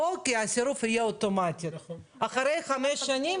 הייתה פה איזושהי תקלה.